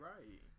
Right